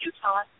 Utah